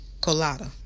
Colada